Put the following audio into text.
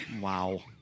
Wow